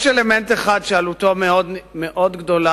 יש אלמנט אחד שעלותו מאוד גדולה,